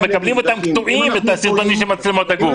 אנחנו מקבלים את הסרטונים של מצלמות הגוף קטועים.